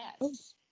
yes